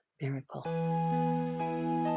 miracle